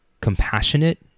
compassionate